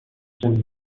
اتوبوس